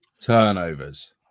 turnovers